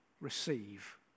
receive